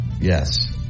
yes